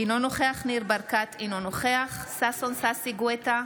אינו נוכח ניר ברקת, אינו נוכח ששון ששי גואטה,